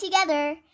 together